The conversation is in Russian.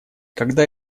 когда